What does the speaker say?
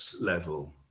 level